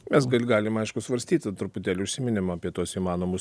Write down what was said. mes gal galime aišku svarstyti truputėlį užsiminėm apie tuos įmanomus